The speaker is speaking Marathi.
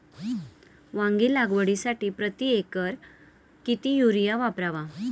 वांगी लागवडीसाठी प्रति एकर किती युरिया वापरावा?